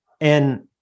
and-